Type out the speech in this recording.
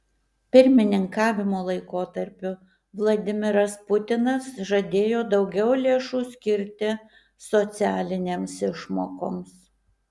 pirmininkavimo laikotarpiu vladimiras putinas žadėjo daugiau lėšų skirti socialinėms išmokoms